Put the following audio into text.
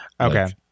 Okay